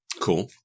Cool